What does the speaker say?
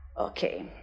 okay